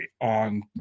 on